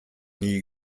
nie